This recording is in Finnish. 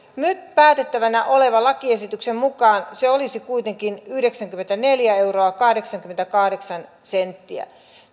nyt päätettävänä olevan lakiesityksen mukaan se olisi kuitenkin yhdeksänkymmentäneljä euroa kahdeksankymmentäkahdeksan senttiä